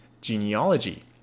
genealogy